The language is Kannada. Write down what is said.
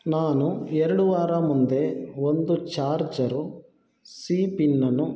ನಾನು ಎರಡು ವಾರ ಮುಂದೆ ಒಂದು ಛಾರ್ಝರು ಸಿ ಪಿನ್ನನು